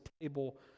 table